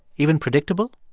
even predictable?